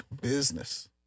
business